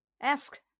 ask